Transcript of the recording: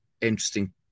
Interesting